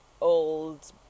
old